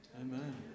Amen